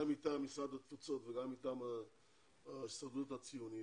גם מטעם משרד התפוצות וגם מטעם משרד ההסתדרות הציונית,